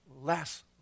less